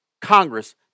Congress